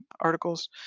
articles